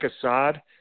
Assad